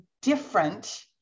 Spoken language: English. different